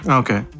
okay